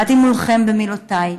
באתי מולכם במילותיי,